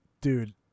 dude